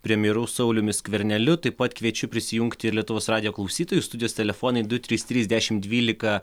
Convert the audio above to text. premjeru sauliumi skverneliu taip pat kviečiu prisijungti lietuvos radijo klausytojus studijos telefonai du trys trys dešimt dvylika